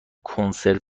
کنسرو